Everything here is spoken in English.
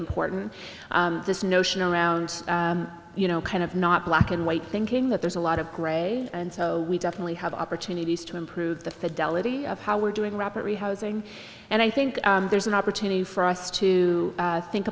important this notion around you know kind of not black and white thinking that there's a lot of gray and so we definitely have opportunities to improve the fidelity of how we're doing rapparee housing and i think there's an opportunity for us to think